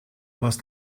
was